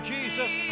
Jesus